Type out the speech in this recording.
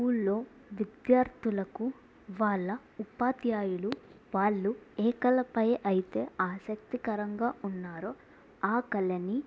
స్కూల్లో విద్యార్థులకు వాళ్ళ ఉపాధ్యాయులు వాళ్ళు ఏ కళపై అయితే ఆసక్తికరంగా ఉన్నారో ఆ కళని